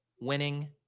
winning